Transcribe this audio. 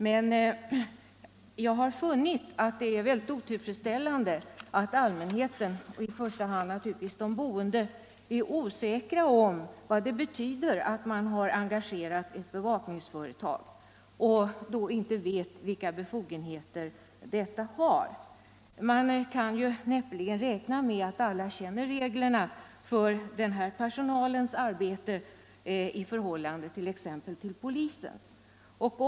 Men jag har funnit det mycket otillfredsställande att allmänheten, i första hand de boende, är osäkra om vilka be fogenheter bevakningsföretagens personal har. Man kan näppeligen räkna med att alla känner till reglerna för denna personals arbete och vet vad som skiljer deras uppgifter från exempelvis polisens.